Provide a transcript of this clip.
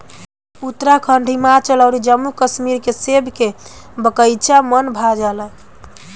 उत्तराखंड, हिमाचल अउर जम्मू कश्मीर के सेब के बगाइचा मन भा जाला